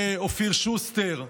אלון שוסטר,